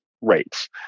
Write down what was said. rates